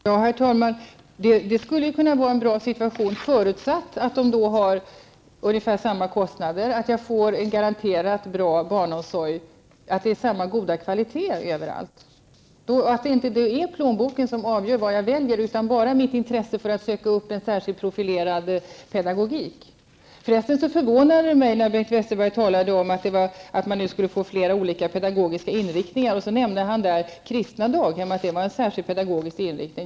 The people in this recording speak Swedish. Herr talman! Det skulle vara en bra situation, förutsatt att det är ungefär samma kostnader, att jag får en garanterat bra barnomsorg, att det är samma goda kvalitet överallt och att det inte är plånboken som avgör vad jag väljer utan bara mitt intresse för en särskild profilerad pedagogik. Jag blev förvånad när Bengt Westerberg talade om att vi nu skulle få flera olika pedagogiska inriktningar och nämnde kristna daghem som om de skulle innebära en särskild pedagogisk inriktning.